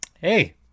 Hey